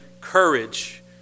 courage